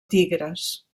tigres